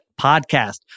podcast